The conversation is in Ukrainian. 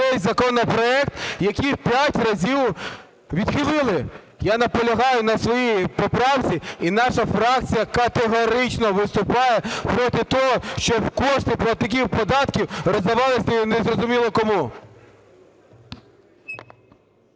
який 5 разів відхилили? Я наполягаю на своїй поправці. І наша фракція категорично виступає проти того, щоб кошти платників податків роздавались незрозуміло кому.